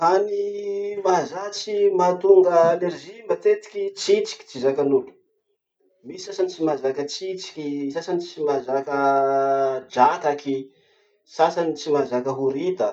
Hany mahazatry mahatonga allergie matetiky: tsitsiky tsy zakan'olo. Misy sasany tsy mahazaka tsitsiky, misy sasany tsy mahazaka drakaky, sasany tsy mahazaka horita.